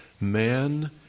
man